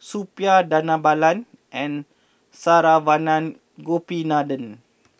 Suppiah Dhanabalan and Saravanan Gopinathan